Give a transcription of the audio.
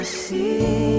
see